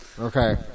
Okay